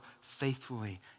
faithfully